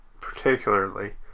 particularly